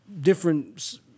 different